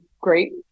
great